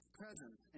presence